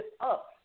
up